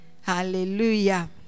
Hallelujah